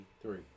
three